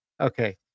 Okay